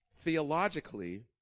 Theologically